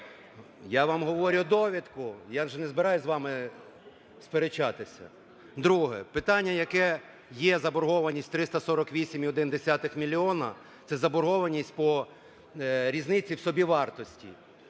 Я вам говорю довідку, я ж не збираюсь з вами сперечатися. Друге. Питання, яке є заборгованість 348,1 мільйони, – це заборгованість по різниці в собівартості.